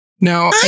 Now